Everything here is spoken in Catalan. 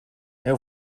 heu